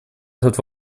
этот